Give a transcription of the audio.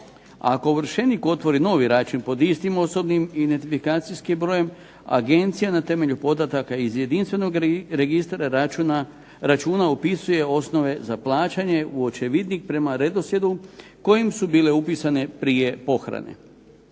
Ako ovršenik otvori novi račun pod istim osobnim identifikacijskim brojem, Agencija na temelju podataka iz jedinstvenog računa upisuje osnove za plaćanje u očevidnik prema redoslijedu kojim su bile upisane prije pohrane.